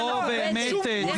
זו באמת --- זו ועדה מכובדת,